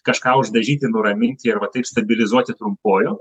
kažką uždažyti nuraminti ir va taip stabilizuoti trumpuoju